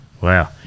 wow